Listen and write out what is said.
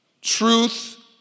truth